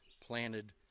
planted